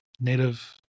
Native